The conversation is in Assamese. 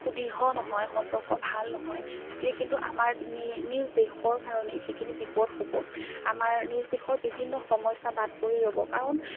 সুদৃঢ় নহয় সম্পৰ্ক ভাল নহয় তেতিয়া কিন্তু আমাৰ নিজ দেশৰ কাৰণেই সেইখিনি বিপদ হ'ব আমাৰ নিজ দেশৰ বিভিন্ন সমস্যা বাদ পৰি ৰ'ব কাৰণ